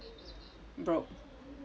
broke